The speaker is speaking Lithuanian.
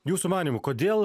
jūsų manymu kodėl